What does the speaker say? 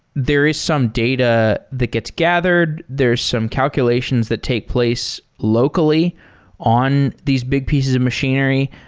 there is some data that gets gathered. there're some calculations that takes place locally on these big pieces of machinery.